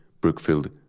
Brookfield